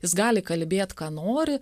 jis gali kalbėt ką nori